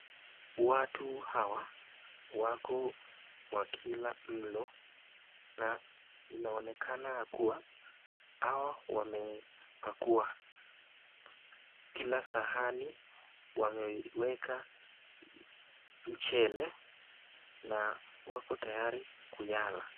Watu hawa wako wakila mto na inaonekanaya kuwa hawa wamepakua. Kila sahani wameweka mchele na wako tayari kuyala.